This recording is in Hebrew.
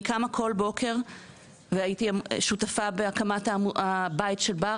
קמה כל בוקר והייתי שותפה בהקמת הבית של בר,